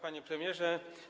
Panie Premierze!